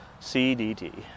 CDT